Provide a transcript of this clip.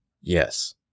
Yes